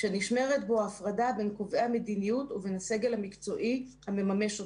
שנשמרת בו ההפרדה בין קובעי המדיניות ובין הסגל המקצועי המממש אותה.